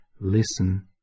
listen